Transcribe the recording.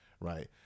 Right